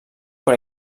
per